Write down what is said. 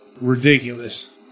ridiculous